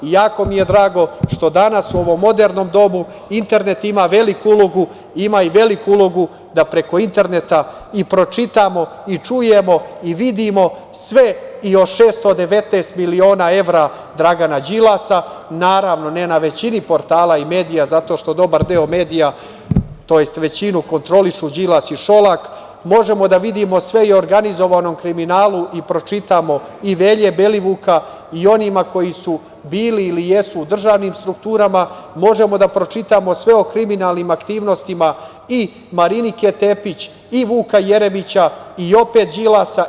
Jako mi je drago što danas u ovom modernom dobu internet ima veliku ulogu, ima i veliku ulogu da preko interneta i pročitamo, čujemo i vidimo sve i još 619 miliona evra Dragana Đilasa, naravno, ne na većini portala i medija, zato što dobar deo medija, tj. većinu kontrolišu Đilas i Šolak, možemo da vidimo sve o organizovanom kriminalu i pročitamo i Velje Belivuka, onima koji su bili ili jesu u državnim strukturama, možemo da pročitamo sve o kriminalnim aktivnostima i Marinike Tepić i Vuka Jeremića i opet Đilasa.